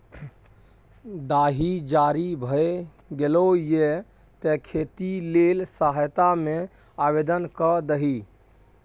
दाही जारी भए गेलौ ये तें खेती लेल सहायता मे आवदेन कए दही